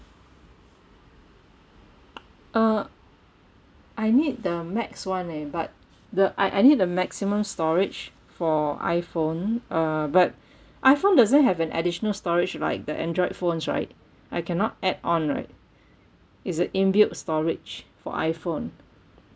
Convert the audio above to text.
uh I need the max [one] leh but the I I need the maximum storage for iphone uh but iphone doesn't have an additional storage like the android phones right I cannot add on right is it in built storage for iphone